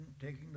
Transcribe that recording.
taking